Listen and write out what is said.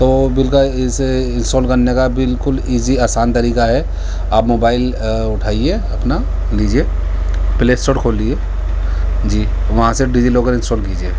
تو بل کا اسے انسٹال کرنے کا بالکل ایزی آسان طریقہ ہے آپ موبائل اٹھائیے اپنا لیجیے پلے اسٹور کھولیے جی وہاں سے ڈجی لاگر انسٹال کیجیے